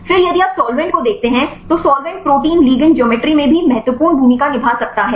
फिर यदि आप साल्वेंट को देखते हैं तो सोलवेंट प्रोटीन लिगैंड ज्योमेट्री में भी महत्वपूर्ण भूमिका निभा सकता है